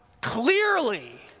clearly